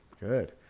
good